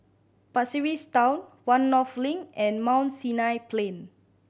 Pasir Ris Town One North Link and Mount Sinai Plain